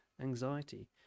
anxiety